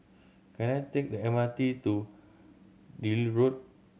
can I take the M R T to Deal Road